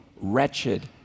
wretched